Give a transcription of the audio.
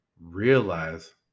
realize